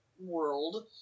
world